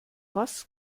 was